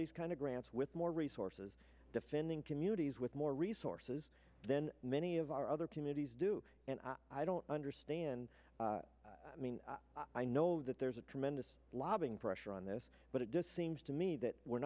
these kind of grants with more resources defending communities with more resources than many of our other committees do and i don't understand i mean i know that there's a tremendous lobbying pressure on this but it just seems to me that we're